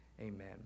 Amen